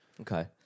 Okay